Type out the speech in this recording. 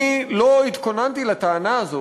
אני לא התכוננתי לטענה הזאת,